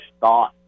thought